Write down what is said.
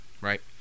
right